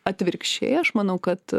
atvirkščiai aš manau kad